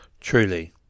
Truly